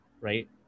Right